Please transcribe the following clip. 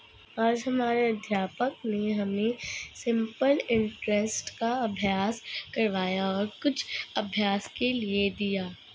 आज हमारे अध्यापक ने हमें सिंपल इंटरेस्ट का अभ्यास करवाया और कुछ अभ्यास के लिए दिया